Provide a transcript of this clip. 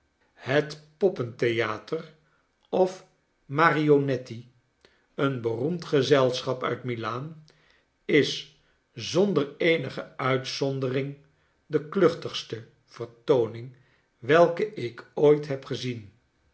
het poppentheater ofmarionetti een beroemd gezelschap uit mil aan is zonder eenige uitzondering de kluchtigste vertooning welke ik ooit heb gezien